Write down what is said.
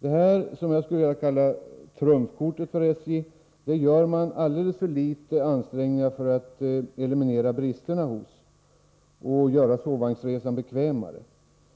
Man gör alldeles för litet ansträngningar för att eliminera bristerna hos vad jag skulle vilja kalla detta trumfkort för SJ och göra sovvagnsresan bekvämare.